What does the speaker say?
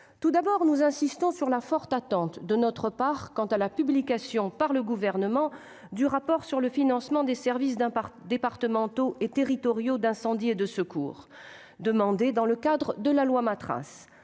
Tout d'abord, nous insistons sur la forte attente de notre part quant à la publication, par le Gouvernement, du rapport sur le financement des services départementaux et territoriaux d'incendie et de secours, demandé dans le cadre de la loi visant